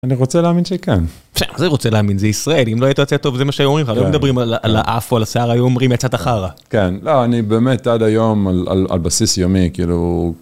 אני רוצה להאמין שכן. מה זה רוצה להאמין, זה ישראל, אם לא הייתה תוצאה טוב זה מה שאומרים לך, לא מדברים על האף או על השיער, היום אומרים יצאת החרא. כן, לא, אני באמת עד היום על בסיס יומי, כאילו...